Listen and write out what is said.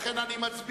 לכן אני מצביע